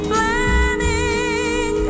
Planning